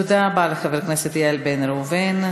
תודה רבה לחבר הכנסת איל בן ראובן.